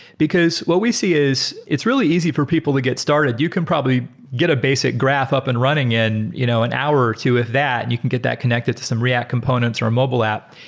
because what we see is it's really easy for people to get started. you can probably get a basic graph up and running in you know an hour or two with that and you can get that connected to some react components or mobile app.